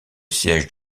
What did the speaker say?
siège